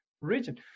region